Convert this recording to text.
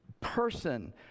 person